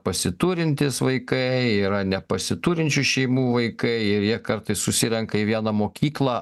pasiturintys vaikai yra nepasiturinčių šeimų vaikai ir jie kartais susirenka į vieną mokyklą